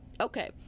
okay